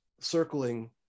circling